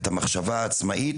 את המחשבה העצמאית,